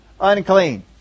unclean